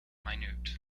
minute